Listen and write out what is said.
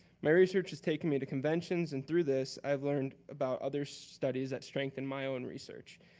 my research has taken me to conventions and through this, i've learned about other's studies that strengthen my own research.